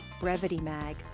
BrevityMag